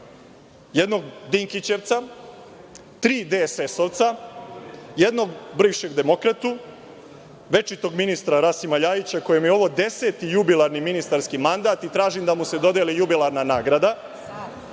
jednog „dinkićevca“, tri „DSS-ovca“, jednog bivšeg „demokratu“, večitog ministra Rasima LJajića, kome je ovo deseti jubilarni ministarski mandat i tražim da mu se dodeli jubilarna nagrada.